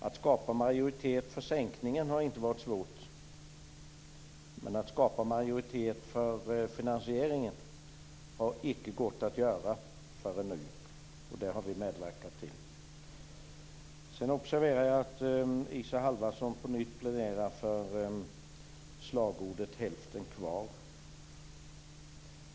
Att skapa en majoritet för sänkningen har inte varit svårt, men att skapa en majoritet för finansieringen har icke varit möjligt förrän nu. Det har vi medverkat till. Jag observerar att Isa Halvarsson på nytt pläderar för slagordet "hälften kvar".